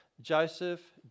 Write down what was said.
Joseph